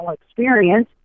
experience